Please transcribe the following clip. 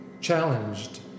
challenged